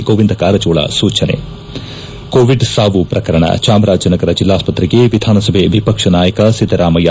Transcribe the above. ಗೋವಿಂದ ಕಾರಜೋಳ ಸೂಚನೆ ಕೋವಿಡ್ ಸಾವು ಪ್ರಕರಣ ಚಾಮರಾಜನಗರ ಜಿಲ್ಲಾಸ್ವತ್ರೆಗೆ ವಿಧಾಸಸಭೆ ವಿಪಕ್ಷ ನಾಯಕ ಸಿದ್ದರಾಮಯ್ಯ